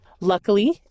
Luckily